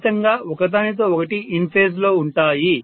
ఖచ్చితంగా ఒకదానితో ఒకటి ఇన్ ఫేజ్ లో ఉంటాయి